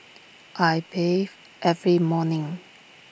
I bathe every morning